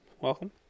Welcome